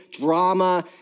drama